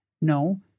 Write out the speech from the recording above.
No